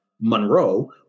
monroe